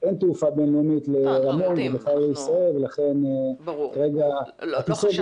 אין תעופה בין-לאומית לרמון ובכלל לישראל ולכן כרגע הטיסות